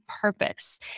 purpose